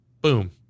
boom